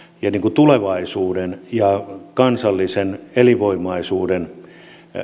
sekä tulevaisuuden ja kansallisen elinvoimaisuuden